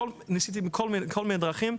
ניסיתי בכל מיני דרכים,